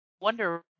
wonder